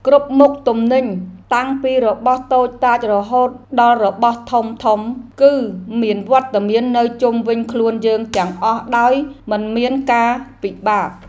គ្រប់មុខទំនិញតាំងពីរបស់តូចតាចរហូតដល់របស់ធំៗ គឺមានវត្តមាននៅជុំវិញខ្លួនយើងទាំងអស់ដោយមិនមានការពិបាក។